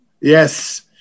Yes